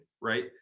right